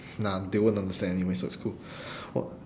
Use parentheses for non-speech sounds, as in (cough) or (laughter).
nah they won't understand anyway so it's cool (breath) wh~